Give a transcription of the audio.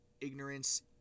ignorance